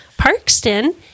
Parkston